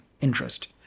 interest